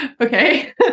okay